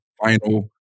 final